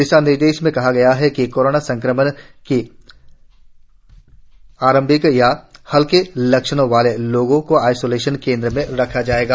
दिशा निर्देशों में कहा गया है कि कोरोना संक्रमण के आरम्भिक या हलके लक्षणों वाले लोगों को आइसोलेशन केन्द्र में रखा जाएगा